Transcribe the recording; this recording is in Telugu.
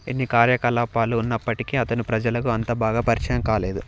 ఇన్ని కార్యకలాపాలు ఉన్నప్పటికీ అతను ప్రజలకు అంత బాగా పరిచయం కాలేదు